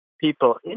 people